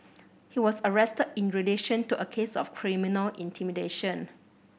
he was arrested in relation to a case of criminal intimidation